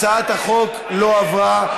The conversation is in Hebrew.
הצעת החוק לא עברה.